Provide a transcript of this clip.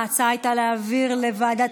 ההצעה הייתה להעביר לוועדת